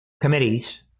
committees